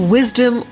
Wisdom